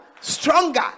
stronger